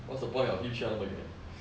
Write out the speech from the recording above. what's the point of you 去那么远